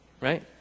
right